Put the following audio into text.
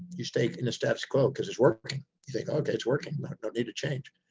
you stay in the status quo because it's working, you think, okay, it's working, don't need to change',